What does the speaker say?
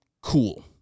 cool